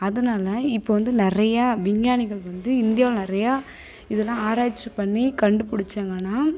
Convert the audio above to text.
அதனால் இப்போ வந்து நிறையா விஞ்ஞானிகள் வந்து இந்தியாவில் நிறையா இதெல்லாம் ஆராய்ச்சி பண்ணி கண்டுபிடிச்சாங்கன்னா